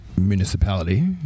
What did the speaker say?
municipality